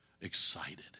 excited